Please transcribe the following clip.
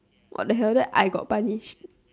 what the hell then I got punished